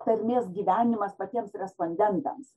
tarmės gyvenimas patiems respondentams